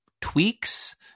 tweaks